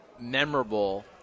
memorable